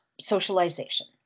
socialization